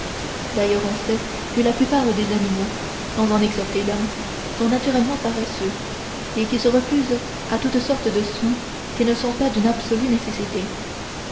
d'ailleurs on sait que la plupart des animaux sans en excepter l'homme sont naturellement paresseux et qu'ils se refusent à toutes sortes de soins qui ne sont pas d'une absolue nécessité